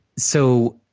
so,